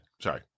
Sorry